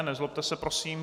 Nezlobte se prosím.